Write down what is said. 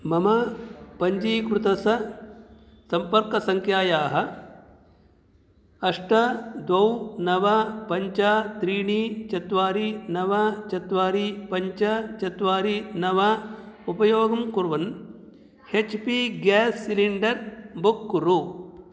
मम पञ्जीकृतस्य सम्पर्कसङ्ख्यायाः अष्ट द्वे नव पञ्च त्रीणि चत्वारि नव चत्वारि पञ्च चत्वारि नव उपयोगं कुर्वन् H P gas cylinder book कुरु